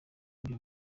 byo